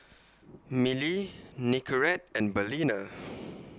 Mili Nicorette and Balina